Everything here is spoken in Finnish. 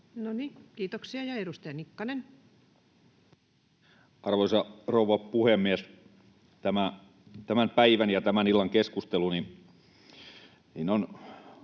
kiitoksia. — Ja edustaja Nikkanen. Arvoisa rouva puhemies! Tämä tämän päivän ja tämän illan keskustelu on